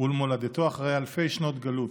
ולמולדתו אחרי אלפי שנות גלות,